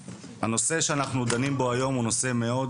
הנושא שאנחנו דנים בו היום הוא נושא מאוד,